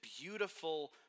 beautiful